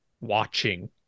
watching